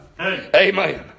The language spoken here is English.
amen